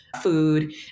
food